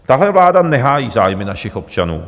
Tahle vláda nehájí zájmy našich občanů.